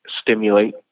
stimulate